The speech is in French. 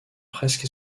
presque